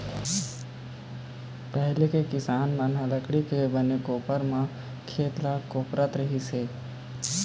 पहिली किसान मन ह लकड़ी के बने कोपर म खेत ल कोपरत रहिस हे